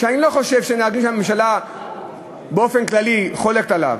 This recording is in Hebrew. אני לא חושב שהממשלה באופן כללי חולקת עליו: